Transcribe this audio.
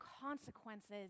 consequences